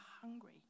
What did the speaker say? hungry